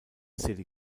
city